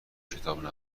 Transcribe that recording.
کتاب